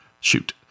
Shoot